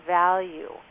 value